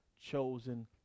chosen